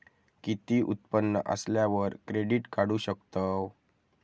किती उत्पन्न असल्यावर क्रेडीट काढू शकतव?